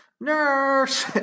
nurse